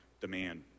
demand